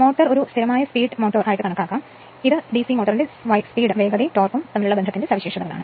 motor ഒരു സ്ഥിരമായ speed motor ആയി കണക്കാക്കാം ഇത് ഡിസി മോട്ടോറിന്റെ സ്പീഡ് ടോർക്ക് സവിശേഷതകളാണ്